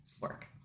work